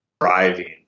driving